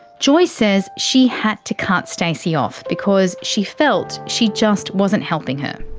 joy says she had to cut stacey off, because she felt she just wasn't helping her.